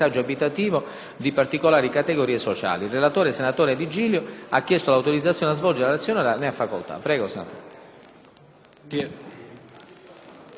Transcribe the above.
Colleghi senatori,